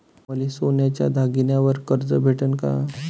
मले सोन्याच्या दागिन्यावर कर्ज भेटन का?